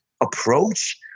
approach